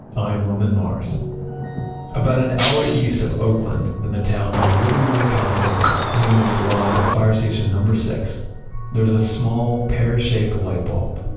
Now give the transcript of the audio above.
i'm roman mars about an hour east of oakland in the town of livermore, california, hanging in the garage of fire station six, there's a small pear-shaped light bulb.